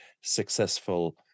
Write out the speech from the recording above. successful